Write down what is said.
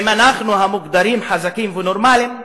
אם אנחנו, המוגדרים חזקים ונורמלים,